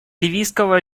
ливийского